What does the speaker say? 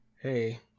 hey